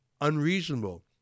unreasonable